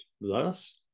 Thus